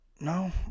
No